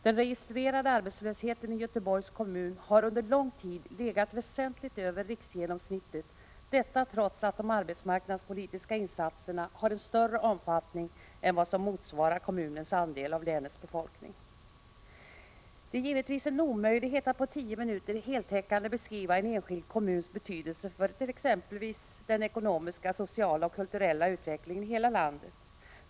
Den registrerade arbetslösheten i Göteborgs kommun har under lång tid legat väsentligt över riksgenomsnittet, detta trots att de arbetsmarknadspolitiska insatserna har en större omfattning än vad som motsvarar kommunens andel av länets befolkning. Det är givetvis omöjligt att på tio minuter heltäckande beskriva en enskild kommuns betydelse för t.ex. den ekonomiska, sociala och kulturella utvecklingen i hela landet.